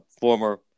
Former